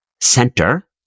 center